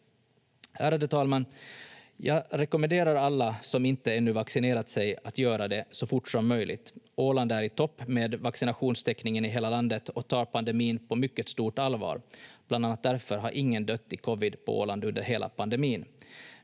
Ärade talman! Jag rekommenderar alla som inte ännu vaccinerat sig att göra det så fort som möjligt. Åland är i topp med vaccinationstäckningen i hela landet och tar pandemin på mycket stort allvar. Bland annat därför har ingen dött i covid på Åland under hela pandemin.